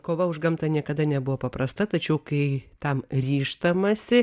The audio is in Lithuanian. kova už gamtą niekada nebuvo paprasta tačiau kai tam ryžtamasi